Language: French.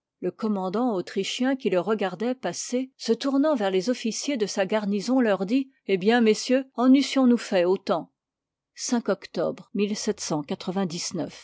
le commandant autrichien qui les regardoit passer se tournant vers les officiers de sa garnison leur dit eh bien messieurs en eussions nous fait autant